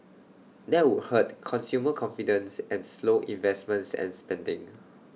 that would hurt consumer confidence and slow investments and spending